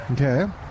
Okay